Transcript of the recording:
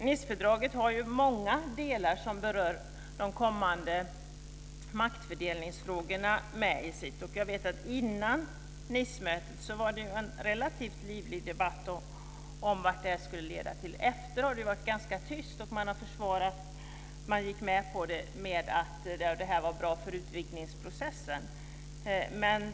Nicefördraget har många delar som berör de kommande maktfördelningsfrågorna. Innan Nicemötet fördes en relativt livlig debatt om vad det skulle leda till. Efteråt har det varit ganska tyst, och man gick med på det för att man sade att det var bra för utvidgningsprocessen.